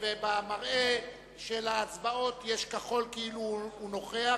ובמראה של ההצבעות יש כחול כאילו הוא נוכח.